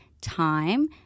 Time